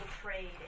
trade